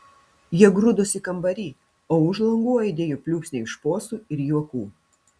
jie grūdosi kambary o už langų aidėjo pliūpsniai šposų ir juokų